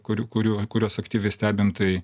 kurių kurių kuriuos aktyviai stebim tai